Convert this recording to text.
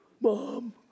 mom